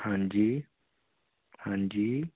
ਹਾਂਜੀ ਹਾਂਜੀ